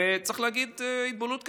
וצריך להגיד שהתבוללות קיימת,